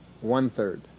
one-third